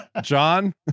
John